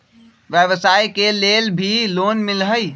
व्यवसाय के लेल भी लोन मिलहई?